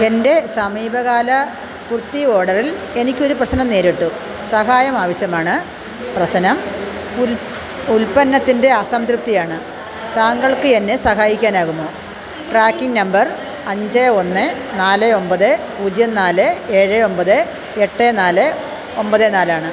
എൻ്റെ സമീപകാല കുർത്തി ഓർഡറിൽ എനിക്ക് ഒരു പ്രശ്നം നേരിട്ടു സഹായം ആവശ്യമാണ് പ്രശ്നം ഉൽപ്പന്നത്തിൻ്റെ അസംതൃപ്തി ആണ് താങ്കൾക്ക് എന്നെ സഹായിനാകുമോ ട്രാക്കിംഗ് നമ്പർ അഞ്ച് ഒന്ന് നാല് ഒമ്പത് പൂജ്യം നാല് ഏഴ് ഒമ്പത് എട്ട് നാല് ഒമ്പത് നാല് ആണ്